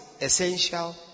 essential